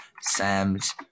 Sam's